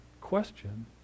question